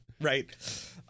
right